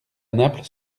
naples